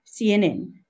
CNN